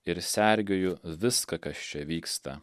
ir sergėju viską kas čia vyksta